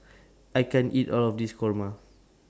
I can't eat All of This Kurma